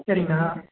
சரிங்கண்ணா